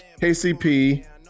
KCP